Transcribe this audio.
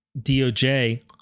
DOJ